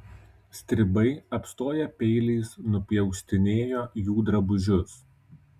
stribai apstoję peiliais nupjaustinėjo jų drabužius